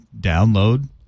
download